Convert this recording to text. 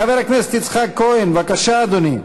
חבר הכנסת יצחק כהן, בבקשה, אדוני.